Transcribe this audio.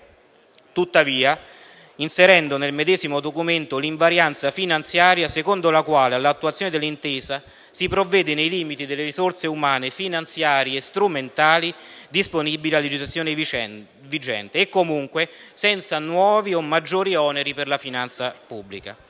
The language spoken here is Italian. tuttavia inserendo nel medesimo documento l'invarianza finanziaria secondo la quale all'attuazione dell'intesa si provvede nei limiti delle risorse umane, finanziarie e strumentali disponibili a legislazione vigente e comunque senza nuovi o maggiori oneri per la finanza pubblica;